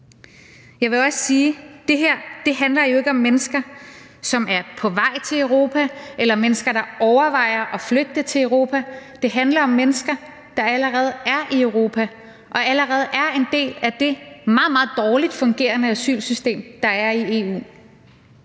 Jeg vil også sige, at det her jo ikke handler om mennesker, som er på vej til Europa, eller mennesker, som overvejer at flygte til Europa, det handler om mennesker, der allerede er i Europa og allerede er en del af det meget, meget dårligt fungerende asylsystem, der er i EU.